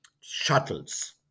shuttles